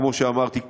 כמו שאמרתי,